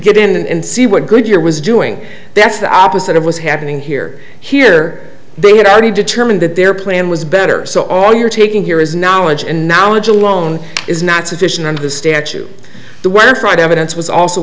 get in and see what goodyear was doing that's the opposite of what's happening here here they had already determined that their plan was better so all you're taking here is knowledge and knowledge alone is not sufficient under the statute the wire fraud evidence was also